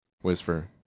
whisper